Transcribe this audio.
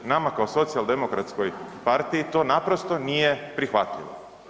Nama kao socijaldemokratskoj partiji to naprosto nije prihvatljivo.